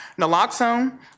Naloxone